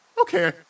Okay